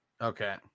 Okay